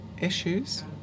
issues